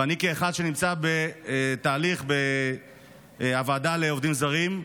ואני, כאחד שנמצא בתהליך בוועדה לעובדים זרים,